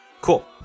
Cool